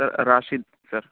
سر Rashid سر